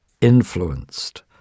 influenced